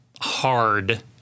hard